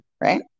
right